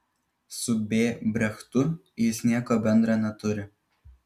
su b brechtu jis nieko bendra neturi